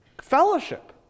fellowship